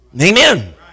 amen